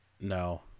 No